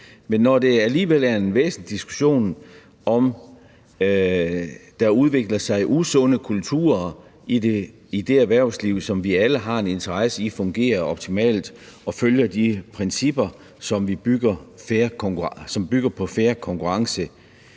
Men det er alligevel en væsentlig diskussion, om der udvikler sig usunde kulturer i det erhvervsliv, som vi alle har en interesse i fungerer optimalt og følger de principper, som bygger på fair konkurrence.